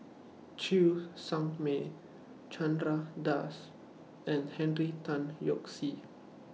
Cheng Tsang Man Chandra Das and Henry Tan Yoke See